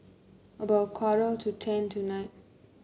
about a quarter to ten tonight